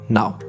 now